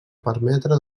permetre